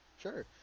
Sure